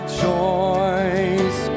choice